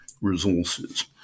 resources